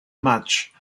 much